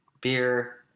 beer